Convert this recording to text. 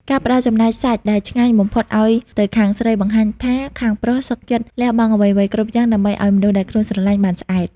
ការផ្ដល់ចំណែកសាច់ដែលឆ្ងាញ់បំផុតឱ្យទៅខាងស្រី បង្ហាញថាខាងប្រុសសុខចិត្តលះបង់អ្វីៗគ្រប់យ៉ាង ដើម្បីឱ្យមនុស្សដែលខ្លួនស្រឡាញ់បានឆ្អែត។